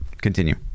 continue